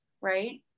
right